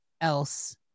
else